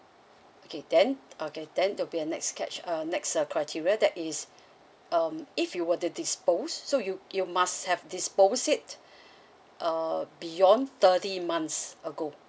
okay then okay then there'll be next catch uh next criteria that is um if you were to dispose so you you must have dispose it uh beyond thirty months ago